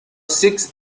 six